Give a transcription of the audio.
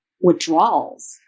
withdrawals